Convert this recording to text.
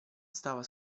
stava